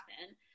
happen